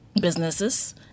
businesses